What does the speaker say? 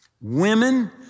Women